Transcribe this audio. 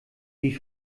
wie